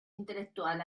intel·lectual